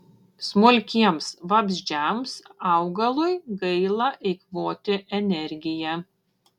smulkiems vabzdžiams augalui gaila eikvoti energiją